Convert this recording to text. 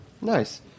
Nice